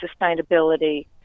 sustainability